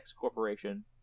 Corporation